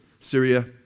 Syria